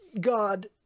God